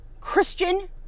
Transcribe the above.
Christian